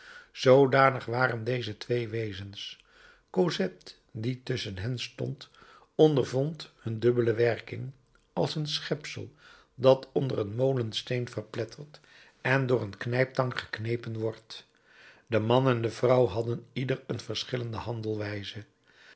zoodanig waren deze twee wezens cosette die tusschen hen stond ondervond hun dubbele werking als een schepsel dat onder een molensteen verpletterd en door een knijptang geknepen wordt de man en de vrouw hadden ieder een